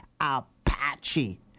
Apache